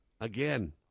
Again